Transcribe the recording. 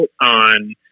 on